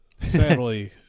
Sadly